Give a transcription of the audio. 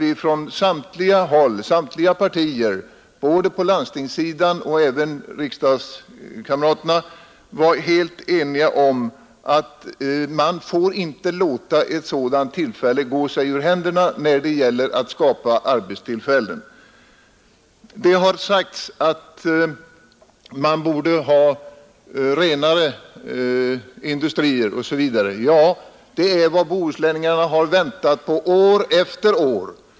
Inom samtliga partier -— både i landstinget och bland riksdagskamraterna — var vi helt eniga om att vi inte fick låta ett sådant tillfälle att skapa arbetstillfällen gå oss ur händerna. Det har sagts att man vid den bohuslänska kusten borde lägga renare 53 industrier. Det är vad bohuslänningarna väntat på år efter år.